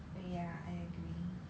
uh ya I agree